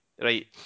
right